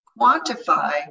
quantify